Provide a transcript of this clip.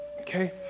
Okay